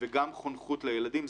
וגם חונכות לילדים.